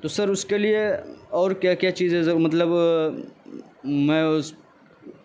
تو سر اس کے لیے اور کیا کیا چیزیں مطلب میں اس